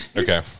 okay